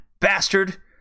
bastard